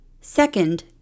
Second